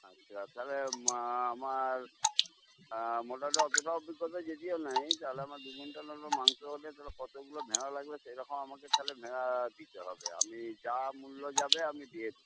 আচ্ছা তাহলে মা আমার নেই তাহলে আমার দু কুইন্টাল মতো মাংস হলে তাহলে কতগুলো ভেড়া লাগবে সেইরকম আমাকে তাহলে ভেড়া দিতে হবে আমি যা মূল্য লাগবে আমি দিয়ে দেব